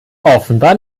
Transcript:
offenbar